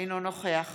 אינו נוכח